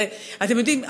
אתם יודעים,